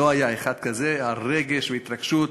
לא היה אחד כזה, רגש והתרגשות.